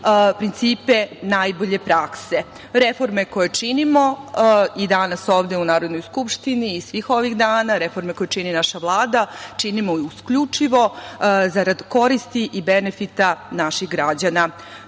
principe najbolje prakse. Reforme koje činimo i danas ovde u Narodnoj skupštini i svih ovih dana, reforme koje čini naša Vlada činimo isključivo zarad koristi i benefita naših građana. Nakon